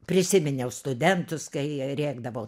prisiminiau studentus kai rėkdavau